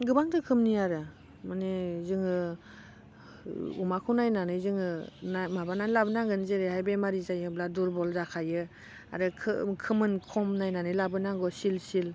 गोबां रोखोमनि आरो माने जोङो अमाखौ नायनानै जोङो ना माबानानै लाबोनांगोन जेरैहाय बेमारि जायोब्ला दुरबल जाखायो आरो खोमोन खम नायनानै लाबोनांगौ सिल सिल